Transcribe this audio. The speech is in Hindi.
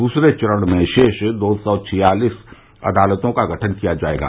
दूसरे चरण में शेष दो सौ छियालिस अदालतों का गठन किया जाएगा